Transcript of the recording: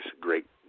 great